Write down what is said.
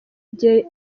igihe